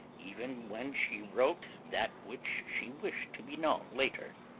even when she wrote that which she wished to be known later.